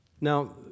Now